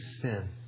sin